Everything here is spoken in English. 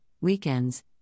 weekends